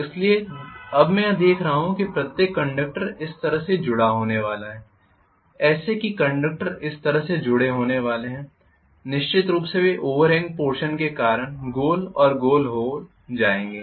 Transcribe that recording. इसलिए अब मैं यह देखने जा रहा हूं कि प्रत्येक कंडक्टर इस तरह से जुड़ा होने वाला है ऐसे कि कंडक्टर इस तरह से जुड़े होने वाले हैं निश्चित रूप से वे ओवरहेंग पोर्षन के कारण गोल और गोल हो जाएंगे